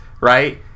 right